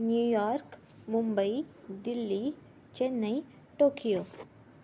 New York Mumbai Delhi Chennai Tokyo